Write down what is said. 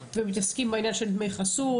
ומתעסקים בעניין של דמי חסות,